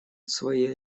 свои